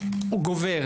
הוא גובר,